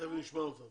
תיכף נשמע אותו.